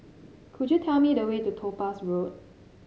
could you tell me the way to Topaz Road